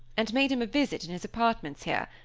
and made him a visit in his apartments here,